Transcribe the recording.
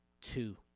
two